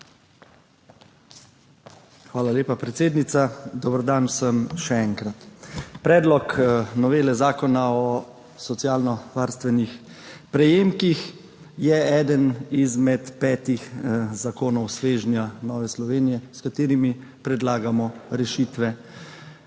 Hvala lepa, predsednica. Dober dan vsem še enkrat! Predlog novele Zakona o socialno varstvenih prejemkih je eden izmed petih zakonov svežnja Nove Slovenije, s katerimi predlagamo rešitve